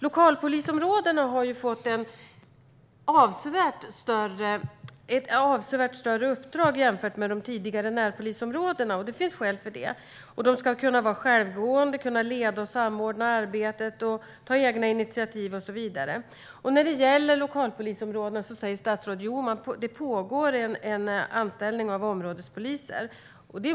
Lokalpolisområdena har fått ett avsevärt större uppdrag jämfört med de tidigare närpolisområdena, och det finns skäl för det. De ska kunna vara självgående, kunna leda och samordna arbetet och ta egna initiativ och så vidare. När det gäller lokalpolisområdena säger statsrådet att det pågår en anställning av områdespoliser.